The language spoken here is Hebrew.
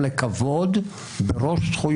אבל הם לא נעשו בצורה